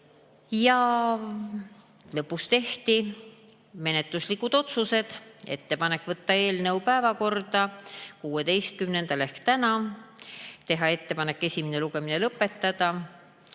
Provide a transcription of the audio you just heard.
Lõpuks tehti menetluslikud otsused: oli ettepanek võtta eelnõu päevakorda 16‑ndal ehk täna, teha ettepanek esimene lugemine lõpetada